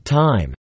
time